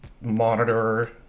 monitor